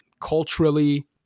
culturally